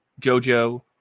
Jojo